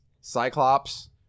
Cyclops